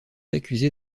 accusé